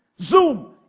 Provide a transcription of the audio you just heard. Zoom